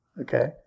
okay